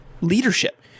leadership